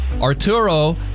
Arturo